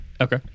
Okay